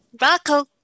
Rocco